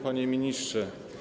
Panie Ministrze!